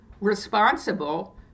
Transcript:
responsible